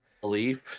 belief